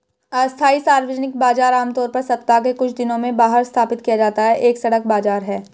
अस्थायी सार्वजनिक बाजार, आमतौर पर सप्ताह के कुछ दिनों में बाहर स्थापित किया जाता है, एक सड़क बाजार है